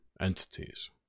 entities